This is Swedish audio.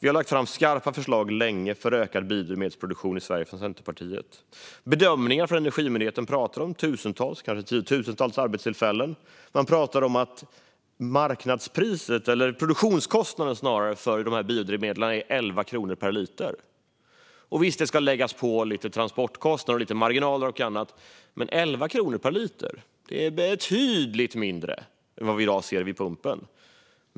Centerpartiet har under lång tid lagt fram skarpa förslag för ökad biodrivmedelsproduktion i Sverige. I bedömningar från Energimyndigheten pratas det om tusentals - kanske tiotusentals - arbetstillfällen. Man pratar om att produktionskostnaden för de här biodrivmedlen är 11 kronor per liter. Det ska visserligen läggas på lite transportkostnader, marginaler och annat, men 11 kronor per liter är betydligt mindre än vad människor i dag ser vid pumpen.